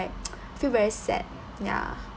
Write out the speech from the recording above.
feel very sad ya